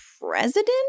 president